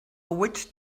witch